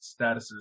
statuses